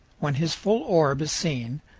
when his full orb is seen,